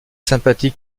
sympathie